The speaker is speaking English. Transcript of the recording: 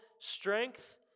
strength